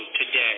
today